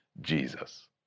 Jesus